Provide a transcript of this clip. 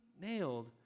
nailed